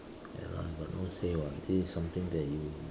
ya lah he got no say [what] this is something that you